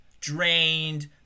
drained